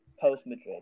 post-Madrid